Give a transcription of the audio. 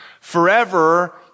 forever